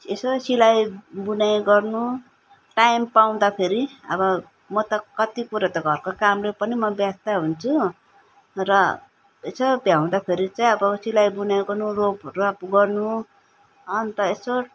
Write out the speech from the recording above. यसो सिलाइ बुनाइ गर्नु टाइम पाउँदाखेरि अब म त कति कुरो त घरको कामले पनि म व्यस्त हुन्छु र यसो भ्याउँदाखेरि चाहिँ अब सिलाइ बुनाइ गर्नु रोप राप गर्नु अन्त यसो